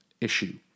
issue